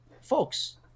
folks